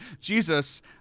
Jesus